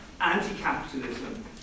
anti-capitalism